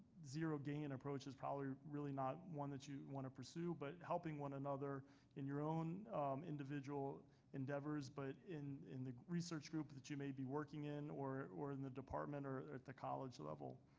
zero ganging approach is probably really not one that you want pursue, but helping one another in your own individual endeavors, but in in the research group that you may be working in or or in the department or at the college level.